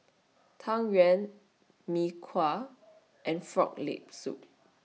Tang Yuen Mee Kuah and Frog Leg Soup